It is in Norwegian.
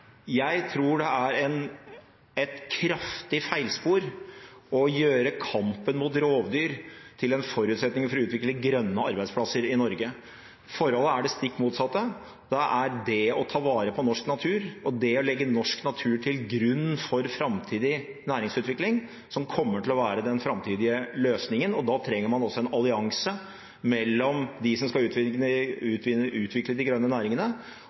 Jeg tror det er et kraftig feilspor å gjøre kampen mot rovdyr til en forutsetning for å utvikle grønne arbeidsplasser i Norge. Forholdet er det stikk motsatte. Det er det å ta vare på norsk natur og det å legge norsk natur til grunn for framtidig næringsutvikling som kommer til å være den framtidige løsningen, og da trenger man også en allianse mellom dem som skal utvikle de grønne næringene,